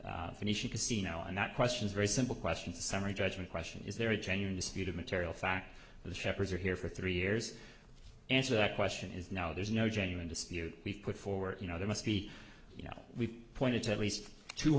did and finish a casino and that questions very simple questions a summary judgment question is there a genuine disputed material fact the shepherds are here for three years answer that question is now there's no genuine dispute we've put forward you know there must be you know we've pointed to at least two